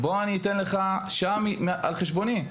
אני אתן לך שעה על חשבוני.